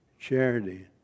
charity